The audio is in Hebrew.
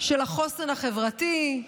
של החוסן החברתי,